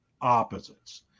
opposites